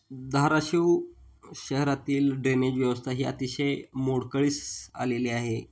धाराशिव शहरातील ड्रेनेज व्यवस्था ही अतिशय मोडकळीस आलेली आहे